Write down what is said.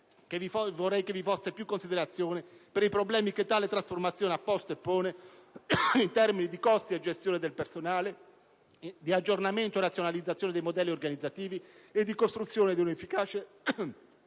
vorrei vi fosse più considerazione per i problemi che tale trasformazione ha posto e pone: in termini di costi e gestione del personale, di aggiornamento e razionalizzazione dei modelli organizzativi e di costruzione di un efficace